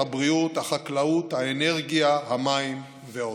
הבריאות, החקלאות, האנרגיה, המים ועוד.